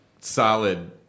solid